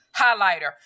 highlighter